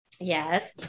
Yes